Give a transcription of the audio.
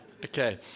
Okay